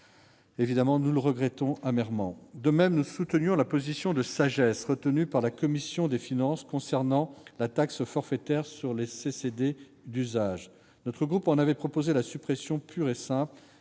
; nous le regrettons amèrement. De même, nous soutenions la position de sagesse arrêtée par la commission des finances concernant la taxe forfaitaire sur les CDD d'usage. Notre groupe en avait proposé la suppression pure et simple,